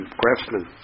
craftsmen